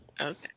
Okay